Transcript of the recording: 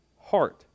heart